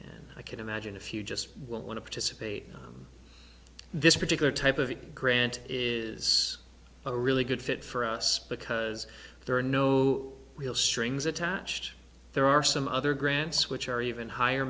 and i can imagine a few just won't want to participate in this particular type of a grant is a really good fit for us because there are no real strings attached there are some other grants which are even higher